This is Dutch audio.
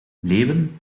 leeuwen